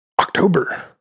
October